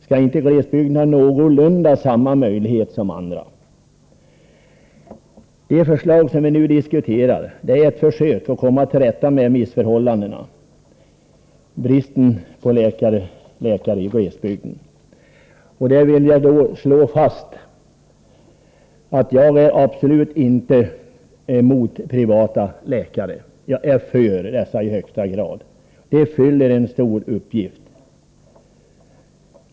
Skall inte människorna i glesbygden ha någorlunda samma möjligheter som andra? Det förslag vi nu diskuterar innebär ett försök att komma till rätta med missförhållandena när det gäller läkarförsörjningen i glesbygden. Jag vill i det här sammanhanget slå fast att jag definitivt inte är emot privata läkare, utan jag är i högsta grad för dem. De fyller en viktig uppgift.